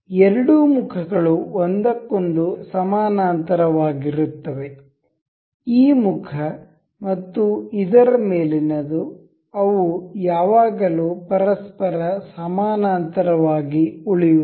ಎರಡು ಮುಖಗಳು ಒಂದಕ್ಕೊಂದು ಸಮಾನಾಂತರವಾಗಿರುತ್ತವೆ ಈ ಮುಖ ಮತ್ತು ಇದರ ಮೇಲಿನದು ಅವು ಯಾವಾಗಲೂ ಪರಸ್ಪರ ಸಮಾನಾಂತರವಾಗಿ ಉಳಿಯುತ್ತವೆ